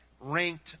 ranked